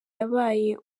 yabaye